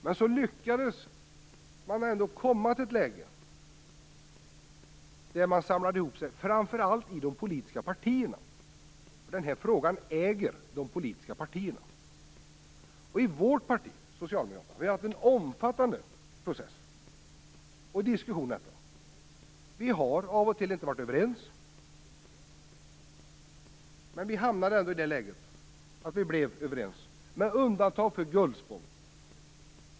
Man lyckades ändå komma till ett läge där man samlade sig, framför allt i de politiska partierna - och den här frågan ägs av de politiska partierna. Vi har i det socialdemokratiska partiet haft en omfattande process och diskussion om detta. Vi har av och till inte varit överens, men vi hamnade ändå i det läget att vi blev överens, dock utom vad gällde Gullspång.